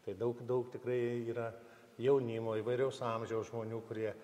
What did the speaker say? tai daug daug tikrai yra jaunimo įvairaus amžiaus žmonių kurie